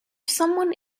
someone